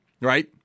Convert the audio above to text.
right